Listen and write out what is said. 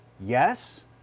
Yes